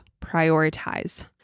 prioritize